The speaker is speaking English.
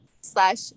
slash